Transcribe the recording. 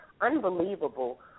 unbelievable